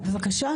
איתן טי, בבקשה.